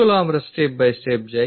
চলো আমরা step by step যাই